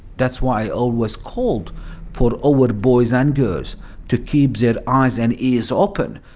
that's why i always called for our boys and girls to keep their eyes and ears open.